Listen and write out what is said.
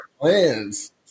plans